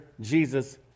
Jesus